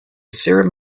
serum